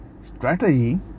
strategy